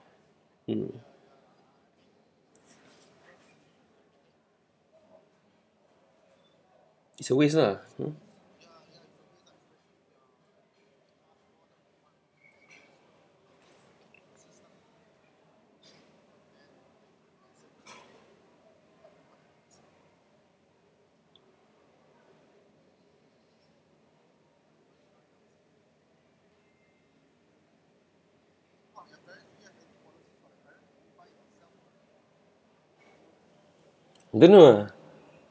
mm it's a waste lah hmm don't know ah